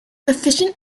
efficient